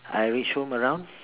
I reach home around